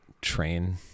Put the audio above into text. train